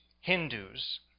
Hindus